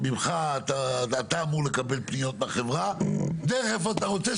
אתה אמור לקבל פניות מהחברה דרך איפה שאתה רוצה,